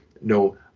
no